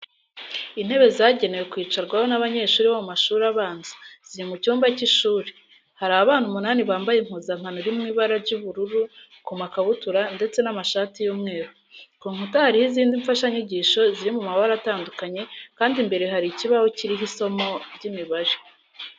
Intebe zagenewe kwicarwaho n'abanyeshuri bo mu mashuri abanza, ziri mu cyumba cy'ishuri. Hari abana umunani bambaye impuzankano iri mu ibara ry'ubururu ku makabutura ndetse n'amashati y'umweru. Ku nkuta hariho izindi mfashanyigisho ziri mu mabara atandukanye kandi imbere hari ikibaho kiriho isomo ry'imibare.